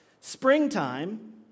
Springtime